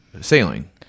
sailing